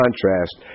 contrast